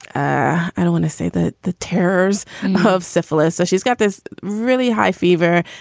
i don't want to say that the terrors of syphilis. so she's got this really high fever.